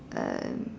um